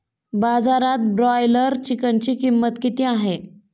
बाजारात ब्रॉयलर चिकनची किंमत किती आहे?